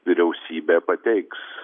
vyriausybė pateiks